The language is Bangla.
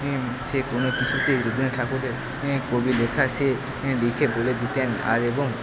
সে কোনো কিছুতেই রবীন্দ্রনাথ ঠাকুরের কবি লেখা সে লিখে বলে দিতেন আর এবং